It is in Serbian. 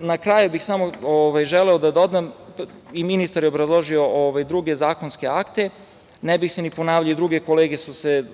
na kraju bih samo želeo da dodam, i ministar je obrazložio druge zakonske akte, ne bih se ni ponavljao, druge kolege su se